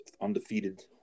undefeated